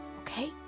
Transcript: okay